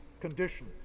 condition